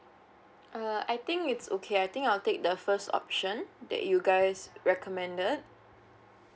uh I think it's okay I think I'll take the first option that you guys recommended